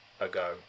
ago